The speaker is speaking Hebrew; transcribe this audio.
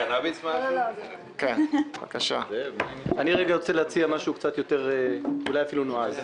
אני רוצה להציע משהו נועז.